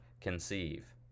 conceive